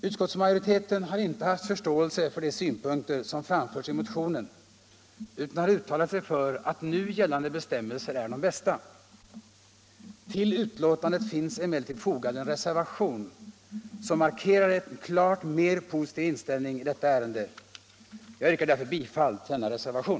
Utskottsmajoriteten har inte haft förståelse för de synpunkter som framförts i motionen utan har uttalat sig för att nu gällande bestämmelser är de bästa. Till betänkandet har emellertid fogats en reservation som markerar en klart mer positiv inställning i detta ärende, och jag yrkar därför bifall till denna reservation.